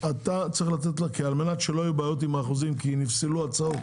שכדי שלא יהיו בעיות עם האחוזים כי נפסלו הצעות